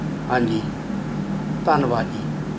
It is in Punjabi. ਹਾਂਜੀ ਧੰਨਵਾਦ ਜੀ